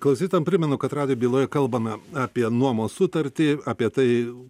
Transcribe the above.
klausytojam primenu kad radio byloje kalbame apie nuomos sutartį apie tai